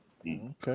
Okay